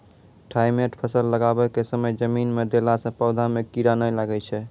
Thimet फ़सल लगाबै के समय जमीन मे देला से पौधा मे कीड़ा नैय लागै छै?